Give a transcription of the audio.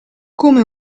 come